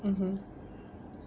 mmhmm